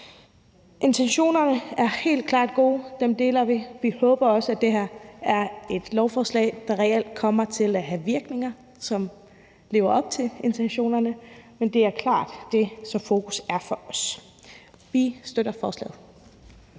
Intentionerne er helt klart gode; dem deler vi. Vi håber også, at det her er et lovforslag, der reelt kommer til at have virkninger, som lever op til intentionerne. Det er klart det, som fokus er på for os. Vi støtter forslaget.